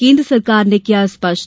केन्द्र सरकार ने किया स्पष्ट